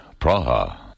Praha